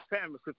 family